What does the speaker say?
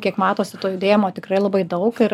kiek matosi to judėjimo tikrai labai daug ir